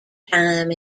time